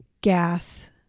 gas